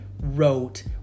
wrote